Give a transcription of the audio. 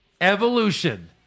Evolution